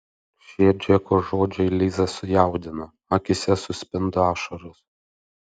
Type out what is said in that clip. šie džeko žodžiai lizą sujaudino akyse suspindo ašaros